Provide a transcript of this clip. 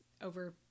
over